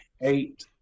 eight